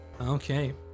Okay